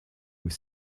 aux